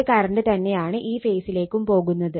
ഇതേ കറണ്ട് തന്നെയാണ് ഈ ഫേസിലേക്കും പോകുന്നത്